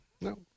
No